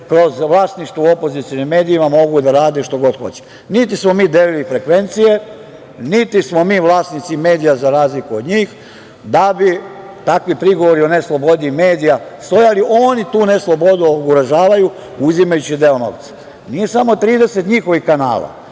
kroz vlasništvo u opozicionim medijima mogu da rade šta god hoće. Niti smo mi delili frekvencije, niti smo mi vlasnici medija, za razliku od njih, da bi takvi prigovori o neslobodi medija, oni tu neslobodu uvažavaju, uzimajući deo novca. Nije samo 30 njihovih kanala.